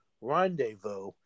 rendezvous